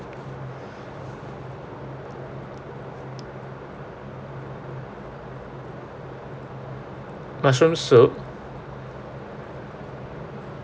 mushroom soup